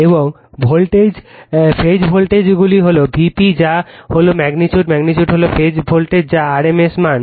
এবং phase voltage হল Vp যা হল ম্যাগনিটিউড ম্যাগনিটিউড হল ফেজ ভোল্টেজ যা rms মান